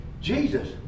Jesus